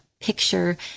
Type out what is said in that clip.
picture